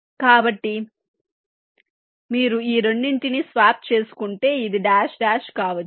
కాబట్టి మీరు ఈ రెండింటిని స్వాప్ చేసుకుంటే ఇది డాష్ డాష్ కావచ్చు